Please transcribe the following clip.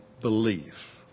belief